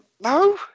No